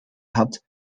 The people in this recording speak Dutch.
had